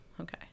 okay